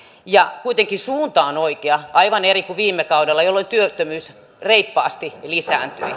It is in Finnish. ja kuitenkin suunta on oikea aivan eri kuin viime kaudella jolloin työttömyys reippaasti lisääntyi